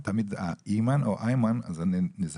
זה אימאן או איימן, אז אני נזהר.